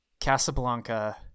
casablanca